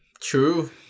True